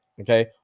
okay